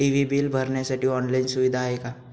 TV bill भरण्यासाठी online सुविधा आहे का?